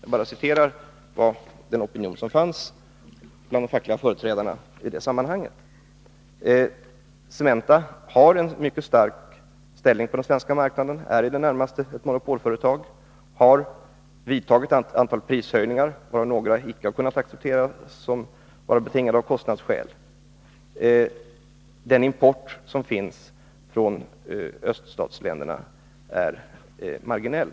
Jag redogör endast för den opinion som i det sammanhanget fanns bland de fackliga företrädarna. Cementa har en mycket stark ställning på den svenska marknaden och är som sagt i det närmaste ett monopolföretag. Företaget har genomfört ett antal prishöjningar, varav några icke har kunnat accepteras såsom varande betingade av kostnadsökningar. Den import som sker från öststatsländerna är marginell.